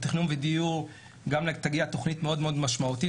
בתכנון בדיור גם תגיע תוכנית מאוד-מאוד משמעותית,